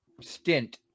stint